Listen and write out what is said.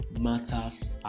Matters